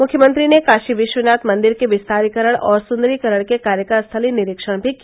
मुख्यंमत्री ने काशी विश्वनाथ मंदिर के विस्तारीकरण और सन्दरीकरण के कार्य का स्थलीय निरीक्षण भी किया